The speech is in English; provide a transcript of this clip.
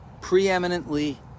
preeminently